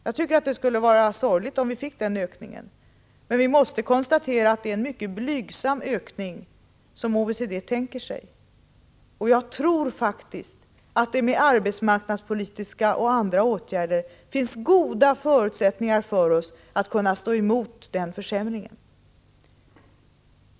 Jag tycker att det skulle vara sorgligt om vi fick den ökningen. Men vi måste konstatera att det är en mycket blygsam ökning som OECD tänker sig. Och jag tror faktiskt att vi med arbetsmarknadspolitiska och andra åtgärder har goda förutsättningar att kunna stå emot den försämringen.